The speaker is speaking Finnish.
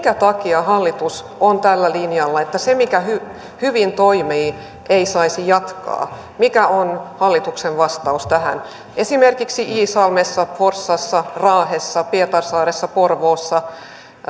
minkä takia hallitus on tällä linjalla että se mikä hyvin hyvin toimii ei saisi jatkaa mikä on hallituksen vastaus tähän esimerkiksi iisalmessa forssassa raahessa pietarsaaressa porvoossa ja